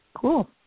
Cool